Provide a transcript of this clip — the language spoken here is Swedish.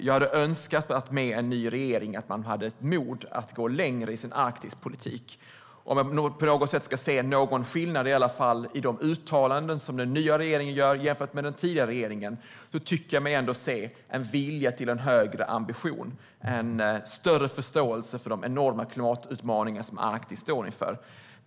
Jag hade önskat att den nya regeringen hade haft modet att gå längre i sin Arktispolitik. Om jag ska försöka se någon skillnad i de uttalanden som den nya regeringen har gjort jämfört med den tidigare regeringens uttalanden tycker jag mig ändå se en vilja till en högre ambition och en större förståelse för de enorma klimatutmaningar som Arktis står inför.